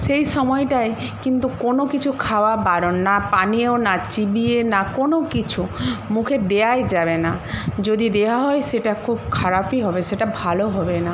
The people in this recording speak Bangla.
সেই সময়টায় কিন্তু কোনো কিছু খাওয়া বারণ না পানীয় না চিবিয়ে না কোনো কিছু মুখে দেওয়াই যাবে না যদি দেওয়া হয় সেটা খুব খারাপই হবে সেটা ভালো হবে না